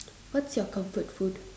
what's your comfort food